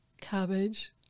cabbage